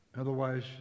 Otherwise